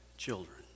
children